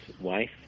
wife